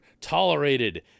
tolerated